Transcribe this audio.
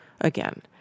again